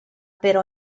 per